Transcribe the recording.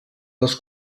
les